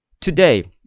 today